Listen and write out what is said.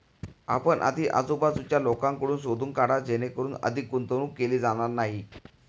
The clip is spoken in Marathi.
आपण आधी आजूबाजूच्या लोकांकडून शोधून काढा जेणेकरून अधिक गुंतवणूक केली जाणार नाही